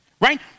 Right